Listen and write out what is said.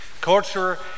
culture